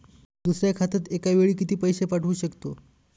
दुसऱ्या खात्यात एका वेळी किती पैसे पाठवू शकतो?